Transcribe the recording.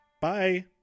Bye